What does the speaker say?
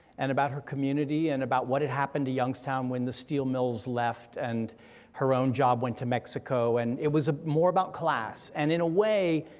and about her community, and about what had happened to youngstown when the steel mills left, and her own job went to mexico, and it was more about class. and in a way,